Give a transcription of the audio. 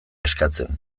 eskatzen